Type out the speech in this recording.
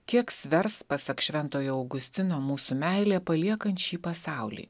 kiek svers pasak šventojo augustino mūsų meilė paliekant šį pasaulį